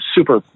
super